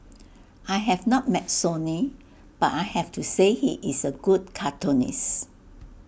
I have not met Sonny but I have to say he is A good cartoonist